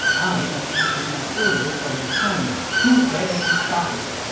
i'm acting on orders from his highness who dares to stop me?